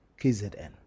KZN